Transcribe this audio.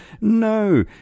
no